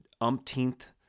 umpteenth